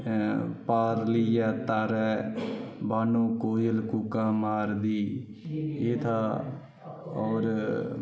पारली घारा उपर कोयल कोका मारदी ऐ था ओर